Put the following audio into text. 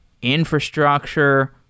infrastructure